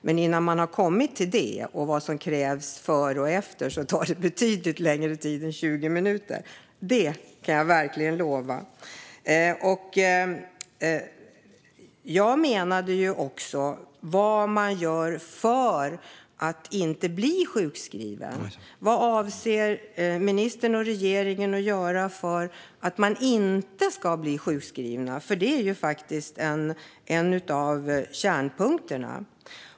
Men innan man har kommit till det, och med vad som krävs före och efter, tar det betydligt längre tid än 20 minuter. Det kan jag verkligen lova. Jag menade också vad man gör för att människor inte ska bli sjukskrivna. Vad avser ministern och regeringen att göra för att människor inte ska bli sjukskrivna? Det är en av kärnpunkterna.